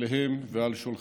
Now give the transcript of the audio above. עליהם ועל שולחיהם.